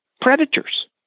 Predators